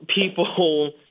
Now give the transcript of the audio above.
people